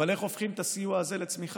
אבל איך הופכים את הסיוע הזה לצמיחה?